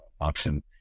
Option